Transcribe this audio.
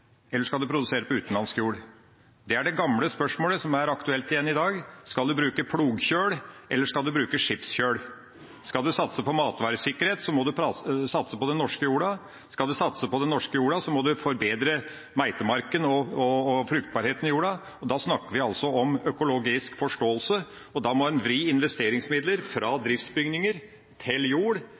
eller skal du produsere på utenlandsk jord? Det er det gamle spørsmålet som er aktuelt igjen i dag: Skal du bruke plogkjøl, eller skal du bruke skipskjøl? Skal du satse på matvaresikkerhet, må du satse på den norske jorda. Skal du satse på den norske jorda, må du forbedre meitemarken og fruktbarheten i jorda. Da snakker vi om økologisk forståelse, og da må en vri investeringsmidler fra driftsbygninger til jord.